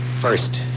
First